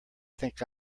think